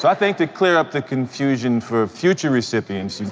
so i think to clear up the confusion for future recipients,